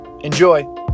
Enjoy